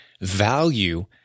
value